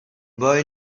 boy